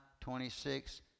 twenty-six